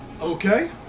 Okay